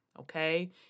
okay